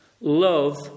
love